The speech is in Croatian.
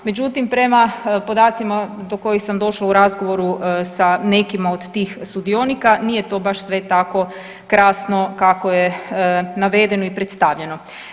Međutim, prema podacima do kojih sam došla u razgovoru sa nekima od tih sudionika nije to baš sve tako krasno kako je navedeno i predstavljeno.